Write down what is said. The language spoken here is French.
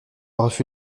refus